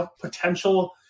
potential